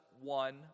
one